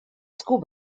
school